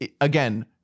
again